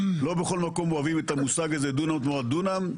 לא בכל מקום אוהבים את המושג הזה דונם תמורת דונם,